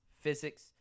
physics